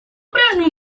прежнему